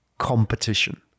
competition